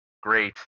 Great